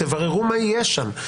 תבררו מה יש שם,